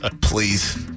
Please